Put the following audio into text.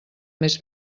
més